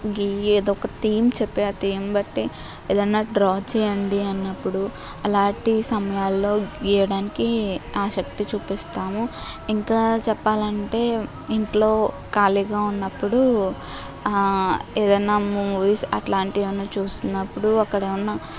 గీయి ఏదో ఒక థీమ్ చెప్పి ఆ థీమ్ బట్టి ఏదైనా డ్రా చేయండి అన్నప్పుడు అలాంటి సమయాల్లో గీయడానికి ఆసక్తి చూపిస్తాము ఇంకా చెప్పాలి అంటే ఇంట్లో ఖాళీగా ఉన్నప్పుడు ఏదైనా మూవీస్ అట్లాంటివి ఏమైనా చూసినప్పుడు అక్కడ ఉన్న